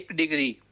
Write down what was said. degree